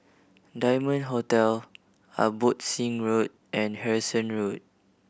Diamond Hotel Abbotsingh Road and Harrison Road